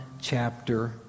chapter